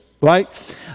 right